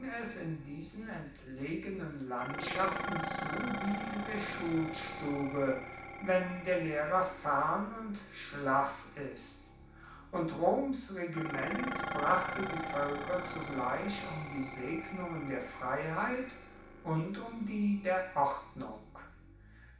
in diesen entlegenen landschaften zu wie in der schulstube wenn der lehrer fern und schlaff ist und roms regiment brachte die völker zugleich um die segnungen der freiheit und um die der ordnung